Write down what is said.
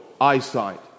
eyesight